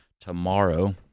tomorrow